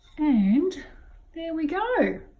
and there we go